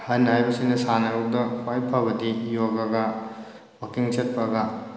ꯑꯍꯜ ꯍꯥꯏꯕꯁꯤꯅ ꯁꯥꯟꯅꯕꯗ ꯈ꯭ꯋꯥꯏ ꯐꯕꯗꯤ ꯌꯣꯒꯒ ꯋꯥꯛꯀꯤꯡ ꯆꯠꯄꯒ